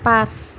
পাঁচ